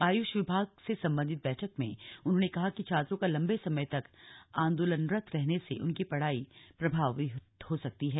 आयुष विभाग से सम्बन्धित बैठक में उन्होंने कहा कि छात्रों का लम्बे समय तक आन्दोलनरत रहने से उनकी पढ़ाई प्रभावित हो रही है